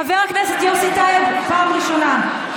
צבוע, חבר הכנסת יוסי טייב, פעם ראשונה.